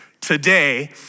Today